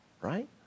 right